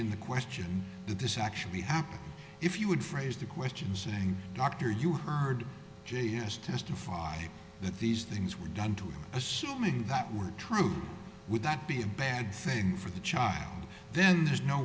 in the question that this actually happened if you would phrase the question saying dr you heard j s testify that these things were done to him assuming that were true would that be a bad thing for the child then there's no